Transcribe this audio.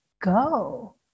go